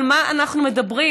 על מה אנחנו מדברים?